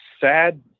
sad